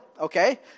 Okay